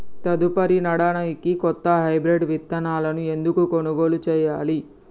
తదుపరి నాడనికి కొత్త హైబ్రిడ్ విత్తనాలను ఎందుకు కొనుగోలు చెయ్యాలి?